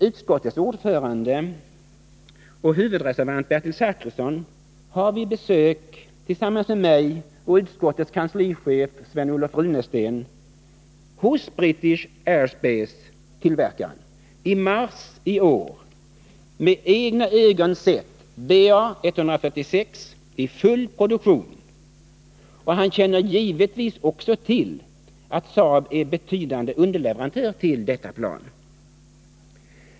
Utskottets ordförande och huvudreservant Bertil Zachrisson har vid besök tillsammans med mig och utskottets kanslichef Sven-Olof Runesten hos tillverkaren British Aerospace i mars i år med egna ögon sett att BAe 146 är i full produktion, och han känner givetvis också till att SAAB är en betydande underleverantör till detta plan.